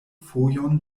fojon